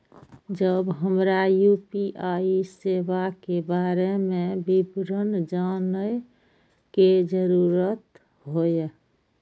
जब हमरा यू.पी.आई सेवा के बारे में विवरण जानय के जरुरत होय?